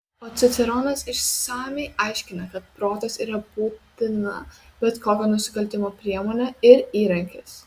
o ciceronas išsamiai aiškina kad protas yra būtina bet kokio nusikaltimo priemonė ir įrankis